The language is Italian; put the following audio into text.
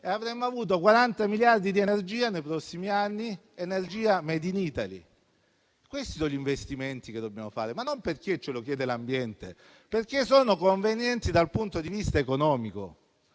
avremmo avuto nei prossimi anni 40 miliardi di energia *made in Italy*. Questi sono gli investimenti che dobbiamo fare e non perché ce lo chiede l'ambiente, ma perché sono convenienti dal punto di vista economico.